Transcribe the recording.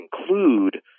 include